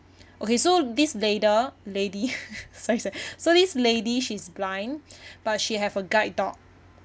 okay so this lady sorry sorry so this lady she's blind but she have a guide dog